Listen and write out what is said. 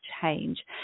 change